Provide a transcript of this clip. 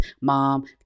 Mom